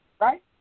Right